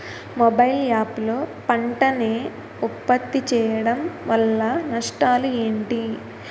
Mobile app లో పంట నే ఉప్పత్తి చేయడం వల్ల నష్టాలు ఏంటి?